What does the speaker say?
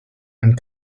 and